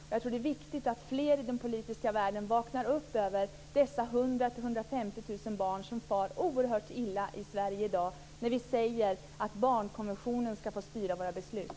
Jag tror att det är viktigt att fler i den politiska världen vaknar upp och ser dessa 100 000-150 000 barn som i dag far oerhört illa i Sverige, där vi säger att barnkonventionen skall få styra våra beslut.